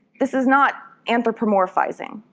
this is not anthropomorphizing.